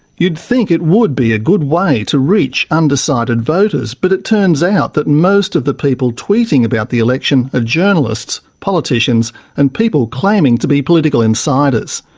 you'd think it would be a good way to reach undecided voters, but it turns out that most of the people tweeting about the election are journalists, politicians and people claiming to be political insiders.